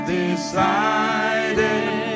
decided